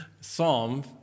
Psalm